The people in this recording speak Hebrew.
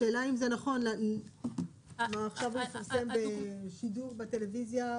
השאלה אם זה נכון עכשיו לשדר בשידור בטלוויזיה.